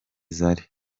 zari